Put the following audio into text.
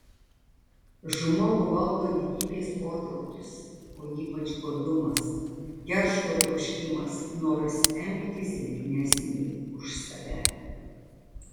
žmogų valdo didybės potraukis o ypač godumas keršto troškimas noras engti silpnesnį už save